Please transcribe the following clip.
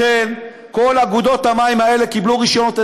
לכן, כל אגודות המים האלה קיבלו רישיונות.